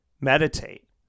meditate